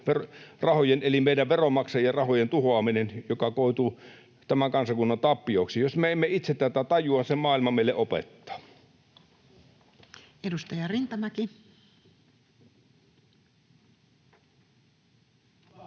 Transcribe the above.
eli meidän veronmaksajien rahojen tuhoaminen, joka koituu tämän kansakunnan tappioksi. Jos me emme itse tätä tajua, sen maailma meille opettaa. [Speech 226]